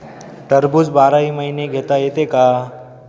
टरबूज बाराही महिने घेता येते का?